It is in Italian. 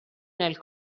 nel